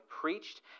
preached